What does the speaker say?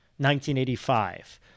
1985